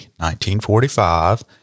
1945